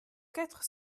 quatre